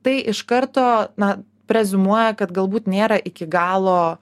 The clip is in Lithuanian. tai iš karto na preziumuoja kad galbūt nėra iki galo